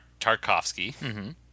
Tarkovsky